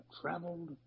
traveled